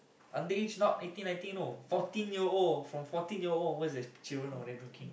underage not eighteen nineteen know fourteen year old from fourteen year old onward there's people over there drinking